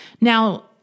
Now